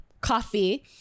coffee